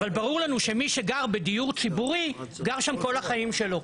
אבל ברור לנו שמי שגר בדיור ציבורי גר שם כל החיים שלו,